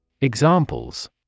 Examples